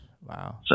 Wow